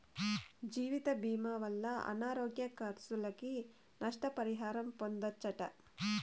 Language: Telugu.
జీవితభీమా వల్ల అనారోగ్య కర్సులకి, నష్ట పరిహారం పొందచ్చట